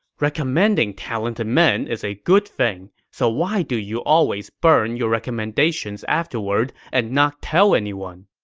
recommending talented men is a good thing, so why do you always burn your recommendations afterward and not tell anyone?